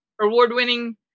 award-winning